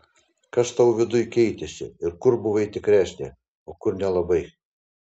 kas tau viduj keitėsi ir kur buvai tikresnė o kur nelabai